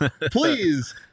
please